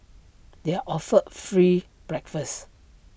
they are offered free breakfast